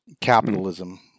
capitalism